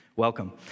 welcome